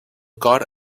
cor